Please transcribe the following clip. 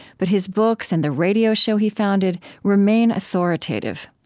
but his books and the radio show he founded remain authoritative.